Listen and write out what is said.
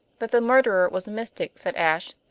that the murderer was a mystic, said ashe.